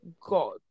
God